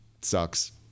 sucks